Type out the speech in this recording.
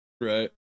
Right